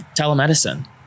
telemedicine